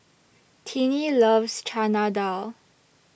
Tennie loves Chana Dal